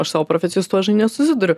aš savo profesijoj su tuo žinai nesusiduriu